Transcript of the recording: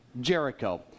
Jericho